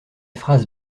phrases